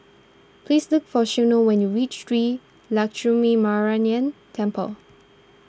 please look for Shiloh when you reach Shree Lakshminarayanan Temple